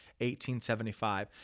1875